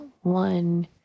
one